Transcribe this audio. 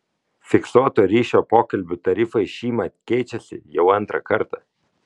fiksuoto ryšio pokalbių tarifai šįmet keičiasi jau antrą kartą